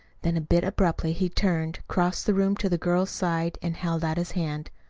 then a bit abruptly he turned crossed the room to the girl's side, and held out his hand.